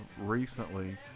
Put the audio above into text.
recently